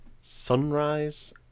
Sunrise